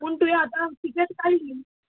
पूण तुवें आतां टिकेट काडली